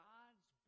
God's